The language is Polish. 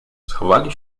schowali